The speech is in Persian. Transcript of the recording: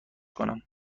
کنم